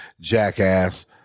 jackass